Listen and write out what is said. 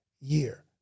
year